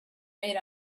made